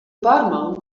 barman